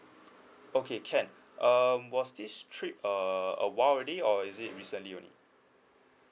okay can um was this trip uh awhile already or is it recently only